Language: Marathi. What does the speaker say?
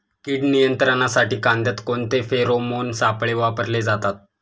कीड नियंत्रणासाठी कांद्यात कोणते फेरोमोन सापळे वापरले जातात?